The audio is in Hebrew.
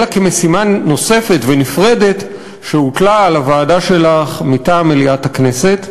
אלא כמשימה נוספת ונפרדת שהוטלה על הוועדה שלך מטעם מליאת הכנסת,